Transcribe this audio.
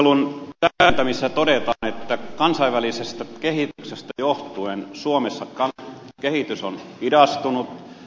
yleisperustelun täydentämisessä todetaan että kansainvälisestä kehityksestä johtuen suomessa kehitys on hidastunut ja heikentynyt